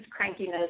crankiness